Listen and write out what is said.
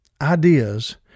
ideas